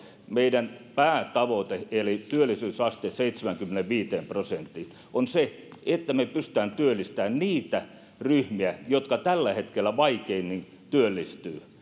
meidän päätavoitteeseemme eli saamme nostettua meidän työllisyysasteen seitsemäänkymmeneenviiteen prosenttiin on se että me pystymme työllistämään niitä ryhmiä jotka tällä hetkellä vaikeimmin työllistyvät